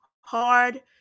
hard